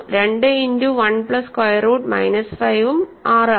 2 into 1 plus square root minus 5 ഉം 6 ആണ്